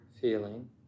feeling